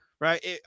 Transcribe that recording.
right